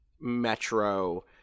Metro